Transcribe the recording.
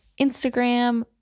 Instagram